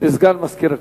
לסגן מזכיר הכנסת.